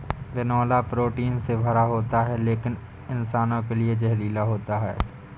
बिनौला प्रोटीन से भरा होता है लेकिन इंसानों के लिए जहरीला होता है